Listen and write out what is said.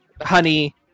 honey